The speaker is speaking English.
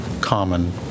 common